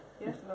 Yes